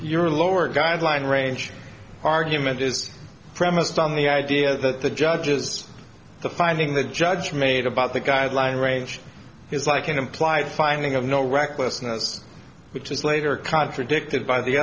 your lower guideline range argument is premised on the idea that the judge is the finding the judge made about the guideline range is like an implied finding of no recklessness which was later contradicted by the